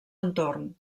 entorn